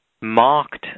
marked